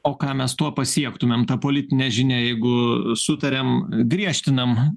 o ką mes tuo pasiektumėm ta politine žinia jeigu sutariam griežtinam